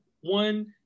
one